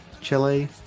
Chile